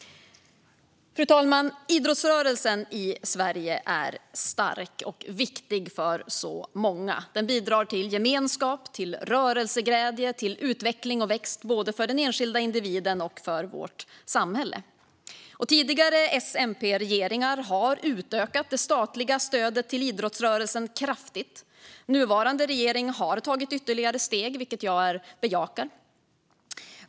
Fru talman! Idrottsrörelsen i Sverige är stark, och den är viktig för så många. Den bidrar till gemenskap, till rörelseglädje och till utveckling och växtkraft både för den enskilde individen och för vårt samhälle. Tidigare S-MP-regeringar har kraftigt utökat det statliga stödet till idrottsrörelsen. Nuvarande regering har tagit ytterligare steg, vilket jag bejakar.